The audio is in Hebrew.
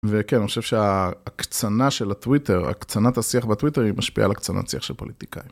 וכן, אני חושב שההקצנה של הטוויטר, הקצנת השיח בטוויטר היא משפיעה על הקצנת שיח של פוליטיקאים.